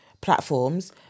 platforms